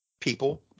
people